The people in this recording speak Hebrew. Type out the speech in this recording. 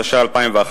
התשע"א 2011,